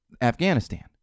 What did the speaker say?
Afghanistan